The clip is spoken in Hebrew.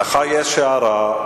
לך יש הערה.